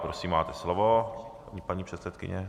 Prosím, máte slovo, paní předsedkyně.